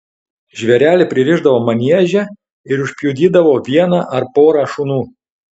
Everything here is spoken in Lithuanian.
žvėrelį pririšdavo manieže ir užpjudydavo vieną ar porą šunų